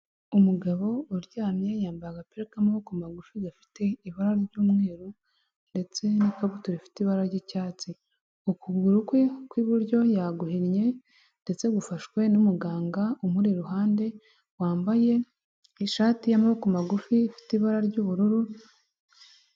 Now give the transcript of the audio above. Umugabo uryamye yambaye agapira k'amaboko magufi gafite ibara ry'umweru ndetse n'ikabutura rifite ibara ry'icyatsi, ukuguru kwe kw'iburyo yaguhinnye ndetse gufashwe n'umuganga umuri iruhande wambaye ishati y'amaboko magufi ifite ibara ry'ubururu.